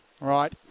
right